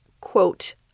quote